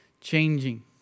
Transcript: changing